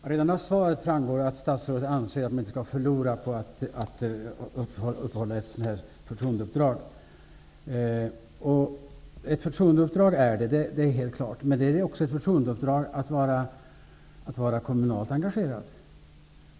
Fru talman! Redan av svaret framgår att statsrådet anser att man inte skall förlora på att inneha ett sådant här förtroendeuppdrag. Det är helt klart att det är ett förtroendeuppdrag. Men det är också ett förtroendeuppdrag att vara kommunalt engagerad.